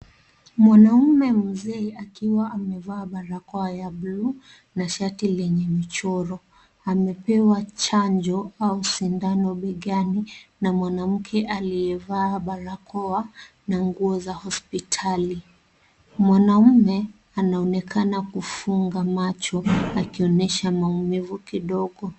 Mwanaume mzee akiwa amevaa barakoa ya buluu na shati lenye michoro. Amepewa chanjo au sindano begani na mwanamke aliyevaa barakoa na nguo za hospitali. Mwanaume anaonekana kufunga macho akionyesha maumivu kidogo.